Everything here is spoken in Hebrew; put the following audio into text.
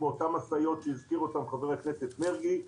באותן משאיות שהזכיר אותן חבר הכנסת מרגי,